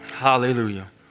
Hallelujah